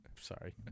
sorry